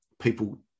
people